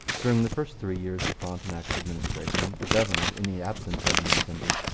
during the first three years of frontenac's administration the governor, in the absence of an intendant,